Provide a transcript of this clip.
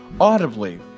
audibly